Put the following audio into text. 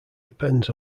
depends